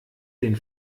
den